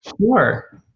Sure